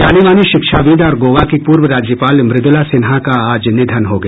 जानीमानी शिक्षाविद् और गोवा की पूर्व राज्यपाल मृदुला सिन्हा का आज निधन हो गया